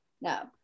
No